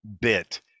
bit